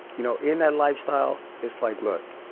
you know, in that lifestyle, it's like, look,